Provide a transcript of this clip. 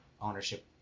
ownership